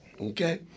Okay